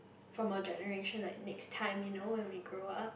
from our generation like next time you know when we grow up